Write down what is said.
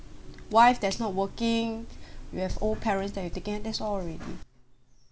wife that's not working we have old parents that you take care in that's all already